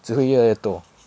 只越来越多